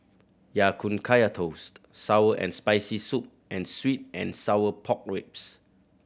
Ya Kun Kaya Toast sour and Spicy Soup and sweet and sour pork ribs